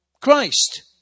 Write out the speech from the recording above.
Christ